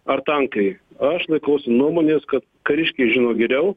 ar tankai aš laikausi nuomonės kad kariškiai žino geriau